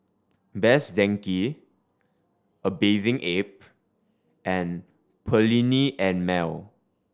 Best Denki A Bathing Ape and Perllini and Mel